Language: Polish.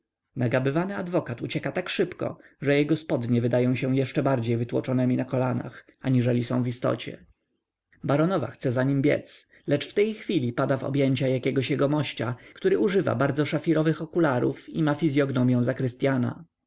nagabany adwokat ucieka tak szybko że jego spodnie wydają się jeszcze bardziej wytłoczonemi na kolanach aniżeli są w istocie baronowa chce za nim biedz lecz w tej chwili pada w objęcia jakiegoś jegomości który używa bardzo szafirowych okularów i ma fizyognomią zakrystyana o co